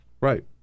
right